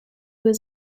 was